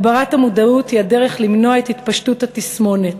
הגברת המודעות היא הדרך למנוע את התפשטות התסמונת.